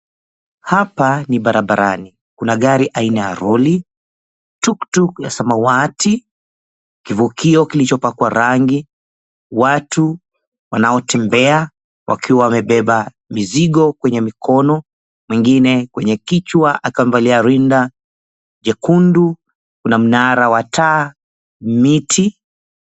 Hapa ni barabarani. Kuna gari aina ya lori, tuktuk la samawati, kivukio kilichopakwa rangi. Watu wanaotembea wakiwa wamebeba mizigo kwenye mikono, mwengine kwenye kichwa akiwa amevalia rinda jekundu, kuna mnara wa taa, miti.